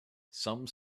some